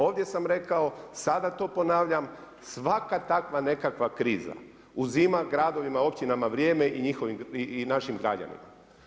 Ovdje sam rekao, sada to ponavljam svaka takva nekakva kriza uzima gradovima, općinama vrijeme i našim građanima.